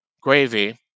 Gravy